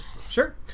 Sure